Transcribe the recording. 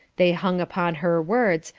they hung upon her words,